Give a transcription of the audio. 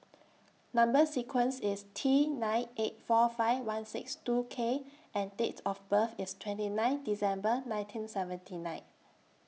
Number sequence IS T nine eight four five one six two K and Date of birth IS twenty nine December nineteen seventy nine